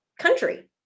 country